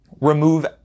remove